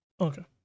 Okay